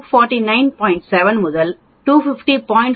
7 முதல் 250